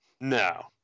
No